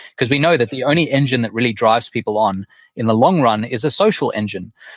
because we know that the only engine that really drives people on in the long run is a social engine.